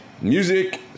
music